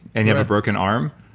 and you have a broken arm,